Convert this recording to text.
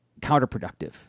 counterproductive